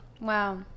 wow